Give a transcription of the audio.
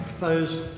Opposed